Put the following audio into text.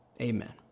Amen